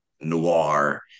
noir